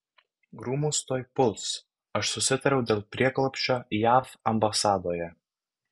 rūmus tuoj puls aš susitariau dėl prieglobsčio jav ambasadoje